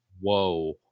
Whoa